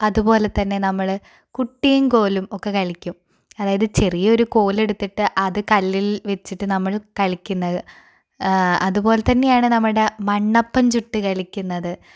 അതുപോലെ തന്നെ നമ്മൾ കുട്ടിയും കോലും ഒക്കെ കളിക്കും അതായത് ചെറിയൊരു കോലെടുത്തിട്ട് അത് കല്ലിൽ വച്ചിട്ട് നമ്മൾ കളിക്കുന്നത് അതുപോലെ തന്നെയാണ് നമ്മുടെ മണ്ണപ്പം ചുട്ടു കളിക്കുന്നത്